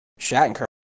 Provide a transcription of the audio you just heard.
Shattenkirk